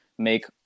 make